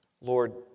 Lord